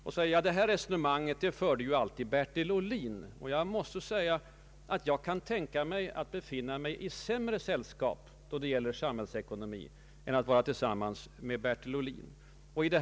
Finansministern sade att Bertil Ohlin alltid brukat föra ett sådant resonemang. Jag måste säga att jag kan tänka mig att befinna mig i sämre sällskap då det gäller samhällsekonomi än att vara tillsammans med Bertil Ohlin.